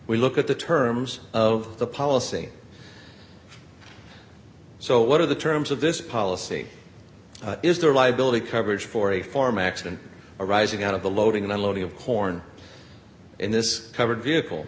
we look at the terms of the policy so what are the terms of this policy is there liability coverage for a farm accident arising out of the loading unloading of corn in this covered vehicle